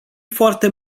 foarte